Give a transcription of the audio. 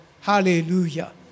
Hallelujah